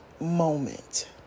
moment